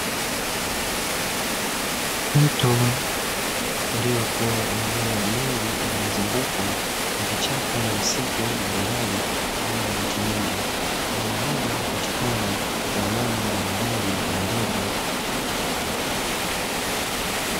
Mto uliokuwa umejaa maji mengi uliozungukwa na vichaka na misitu mbalimbali ulio na miti mingi eneo hili upatikana wanyama mbalimbali na ndege.